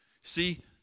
See